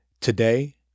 Today